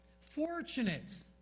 fortunate